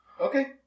Okay